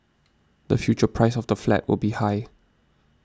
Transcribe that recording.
the future price of the flat will be high